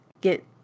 get